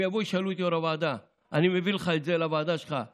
הם יבואו וישאלו את יו"ר הוועדה: אני מביא לך את זה לוועדה שלך,